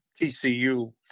TCU